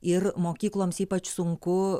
ir mokykloms ypač sunku